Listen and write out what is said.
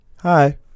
Hi